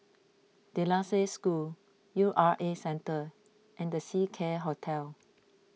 De La Salle School U R A Centre and the Seacare Hotel